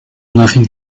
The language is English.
nothing